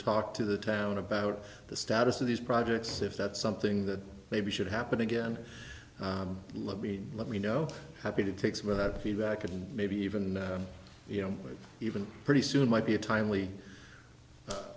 talk to the town about the status of these projects if that's something that maybe should happen again let me let me know happy to take some of that feedback and maybe even you know even pretty soon might be a timely